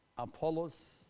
Apollos